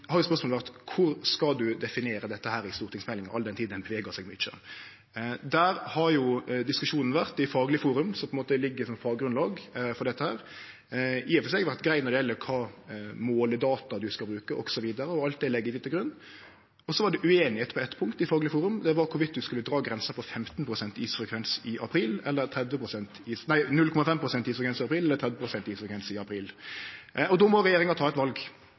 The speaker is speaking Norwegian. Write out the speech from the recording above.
spørsmålet vore: Kor skal ein definere dette i stortingsmeldinga, all den tid iskanten bevegar seg mykje? Der har diskusjonen i Faglig forum, som på ein måte ligg som faggrunnlag for dette, i og for seg vore grei når det gjeld kva måledata ein skal bruke, osv., og alt det legg vi til grunn. Så var det ueinigheit på eitt punkt i Faglig forum, og det var om ein skulle dra grensa på 0,5 pst. isfrekvens i april eller 30 pst. isfrekvens i april. Då måtte regjeringa ta eit val. Vi har gått grundig gjennom det, det faglege grunnlaget, hatt gode politiske diskusjonar, og